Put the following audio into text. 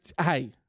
hey